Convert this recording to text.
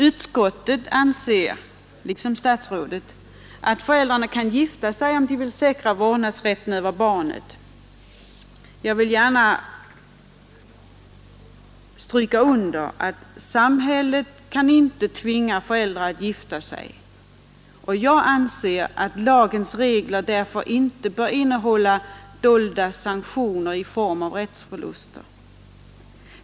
Utskottet anser liksom statsrådet att föräldrarna kan gifta sig om de vill säkra vårdnadsrätten över barnet. Jag vill gärna understryka att samhället inte kan tvinga föräldrar att gifta sig, och jag anser att lagen därför inte bör innehålla dolda sanktioner i form av regler om rättsförluster.